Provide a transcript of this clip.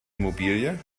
immobilie